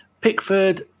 Pickford